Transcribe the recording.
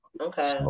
Okay